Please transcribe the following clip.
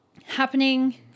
Happening